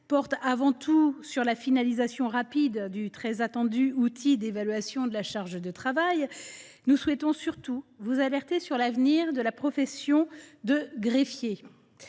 porte avant tout sur la mise en service très attendue de l’outil d’évaluation de la charge de travail, nous souhaitons surtout vous alerter sur l’avenir de la profession de greffier.